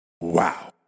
wow